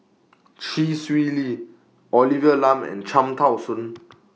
Chee Swee Lee Olivia Lum and Cham Tao Soon